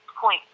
point